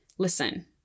Listen